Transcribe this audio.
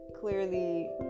clearly